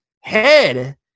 head